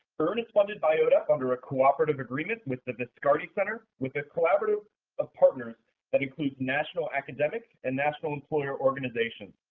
earn is funded by odep under a cooperative agreement with the viscardi center, with a collaborative of partners that includes national academics and national employer organizations,